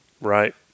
right